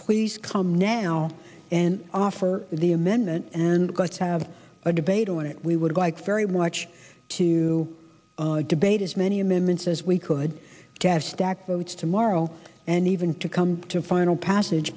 please come now and offer the amendment and goats have a debate on it we would like very much to debate as many amendments as we could get stack votes tomorrow and even to come to a final passage